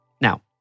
Now